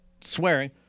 swearing